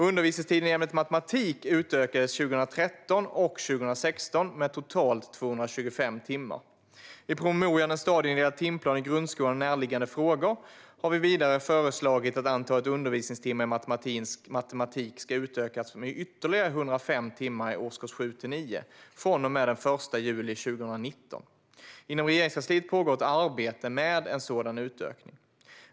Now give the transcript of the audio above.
Undervisningstiden i ämnet matematik utökades 2013 och 2016 med totalt 225 timmar. I promemorian En stadieindelad timplan i grundskolan och närliggande frågor har vi vidare föreslagit att antalet undervisningstimmar i matematik ska utökas med ytterligare 105 timmar i årskurs 7-9 från och med den 1 juli 2019. Inom Regeringskansliet pågår ett arbete med en sådan utökning.